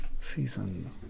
Season